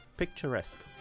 Picturesque